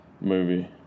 movie